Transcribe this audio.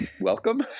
welcome